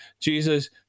Jesus